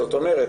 זאת אומרת,